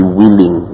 willing